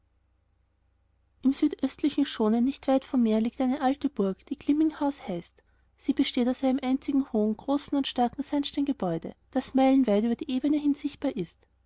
im südöstlichen schonen nicht weit vom meer liegt eine alte burg die glimminghaus heißt sie besteht aus einem einzigen hohen großen und starkensandsteingebäude dasmeilenweitüberdieebenehinsichtbarist sie ist